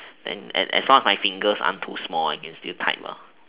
and and as long as my fingers aren't too small I can still type